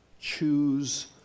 choose